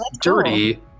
dirty